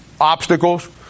obstacles